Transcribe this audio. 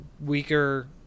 weaker